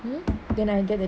you know then I get that